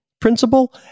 principle